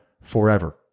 forever